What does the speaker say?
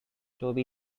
toby